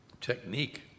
technique